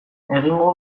egingo